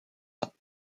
ans